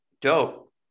dope